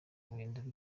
kwihindura